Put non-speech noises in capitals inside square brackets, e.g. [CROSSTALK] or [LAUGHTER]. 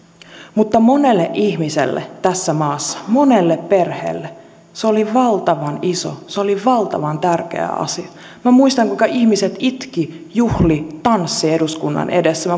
mutta monelle ihmiselle tässä maassa monelle perheelle se oli valtavan iso se oli valtavan tärkeä asia minä muistan kuinka ihmiset itkivät juhlivat tanssivat eduskunnan edessä [UNINTELLIGIBLE]